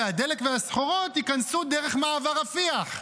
הדלק והסחורות ייכנסו דרך מעבר רפיח.